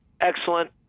excellent